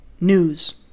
News